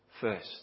first